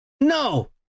No